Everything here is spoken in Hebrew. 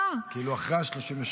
64. כאילו, אחרי ה-33.